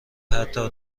حتی